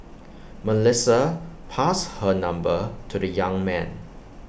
Melissa passed her number to the young man